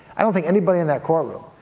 i don't think anybody in that courtroom,